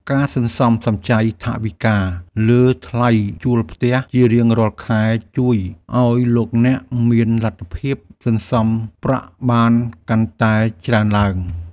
ការសន្សំសំចៃថវិកាលើថ្លៃជួលផ្ទះជារៀងរាល់ខែជួយឱ្យលោកអ្នកមានលទ្ធភាពសន្សំប្រាក់បានកាន់តែច្រើនឡើង។